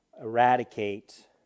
eradicate